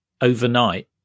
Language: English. overnight